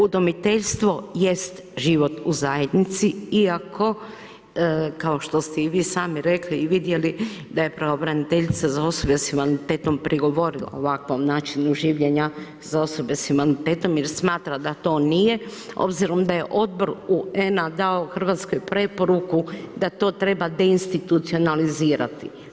Udomiteljstvo jest život u zajednici iako, kao što ste i vi sami rekli i vidjeli da je pravobraniteljica za osobe s invaliditetom prigovorila ovakvom načinu življenja za osobe s invaliditetom jer smatra da to nije, obzirom da je odbor UN-a dao Hrvatskoj preporuku da to treba deinstitucionalizirati.